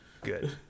Good